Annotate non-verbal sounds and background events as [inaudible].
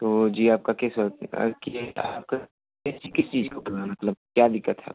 तो जी आपका कैसा [unintelligible] किस चीज़ [unintelligible] मतलब क्या दिक़्क़त है आपको